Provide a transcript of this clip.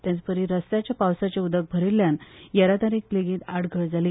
तेचपरी रस्त्याचेर पावसाचे उदक भरिल्ल्यान येरादारीक लेगीत आडखळ जाली